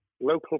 local